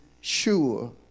sure